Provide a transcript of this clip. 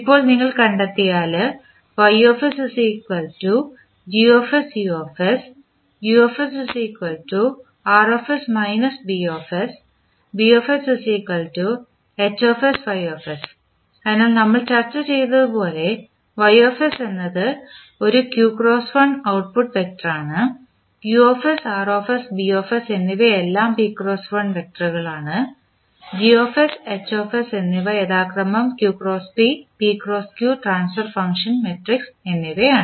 ഇപ്പോൾ നിങ്ങൾ കണ്ടെത്തിയാൽ അതിനാൽ നമ്മൾ ചർച്ച ചെയ്തതുപോലെ എന്നത് ഒരു q × 1 ഔട്ട്പുട്ട് വെക്റ്ററാണ് എന്നിവയെല്ലാം p × 1 വെക്ടറുകളാണ് എന്നിവ യഥാക്രമം q × p p × q transfer function matrix എന്നിവയാണ്